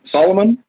Solomon